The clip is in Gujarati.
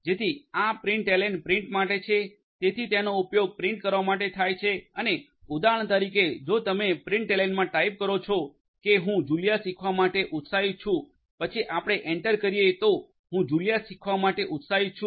જેથી આ પ્રિન્ટએલેન પ્રિન્ટ માટે છે તેથી તેનો ઉપયોગ પ્રિન્ટ કરવા માટે થાય છે અને ઉદાહરણ તરીકે જો તમે પ્રિન્ટએલેન માં ટાઇપ કરો છો કે હું જુલિયા શીખવા માટે ઉત્સાહિત છું પછી આપણે એન્ટર કરીએ તો હું જુલિયા શીખવા માટે ઉત્સાહિત છું